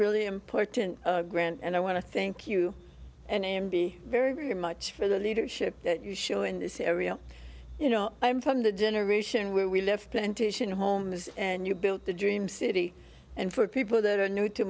really important grant and i want to thank you and and be very very much for the leadership that you show in this area you know i'm from the generation where we left plantation homes and you built the dream city and for people that are new to